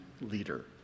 leader